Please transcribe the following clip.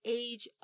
age